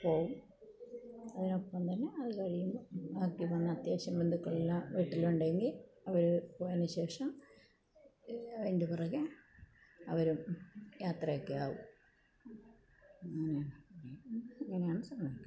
പോവും അതിനൊപ്പം തന്നെ അത് കഴിയുമ്പോൾ ബാക്കി വന്ന അത്യാവശ്യം ബന്ധുക്കളെല്ലാം വീട്ടിലുണ്ടെങ്കിൽ അവർ പോയതിന് ശേഷം അതിന്റെ പുറകേ അവരും യാത്രയൊക്കെ ആവും അങ്ങനെയാണ് അങ്ങനെയാണ് സംഭവിക്കുക